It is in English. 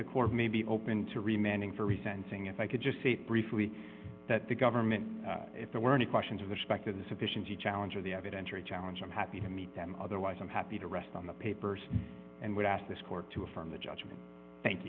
the court may be open to remaining for resenting if i could just say briefly that the government if there were any questions of the specter the sufficiency challenge or the evidentiary challenge i'm happy to meet them otherwise i'm happy to rest on the papers and would ask this court to affirm the judgment thank